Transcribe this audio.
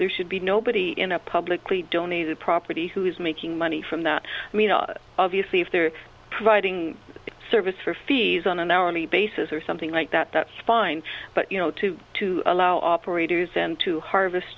there should be nobody in a publicly donated property who is making money from that i mean obviously if they're providing a service for fees on an hourly basis or something like that that's fine but you know to to allow operators and to harvest